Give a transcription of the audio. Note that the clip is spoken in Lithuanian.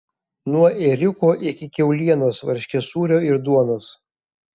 nuo ėriuko iki kiaulienos varškės sūrio ir duonos